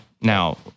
Now